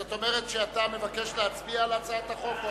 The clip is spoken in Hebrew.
זאת אומרת שאתה מבקש להצביע על הצעת החוק או,